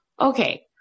okay